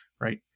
right